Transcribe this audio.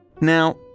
Now